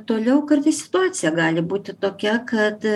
toliau kartais situacija gali būti tokia kad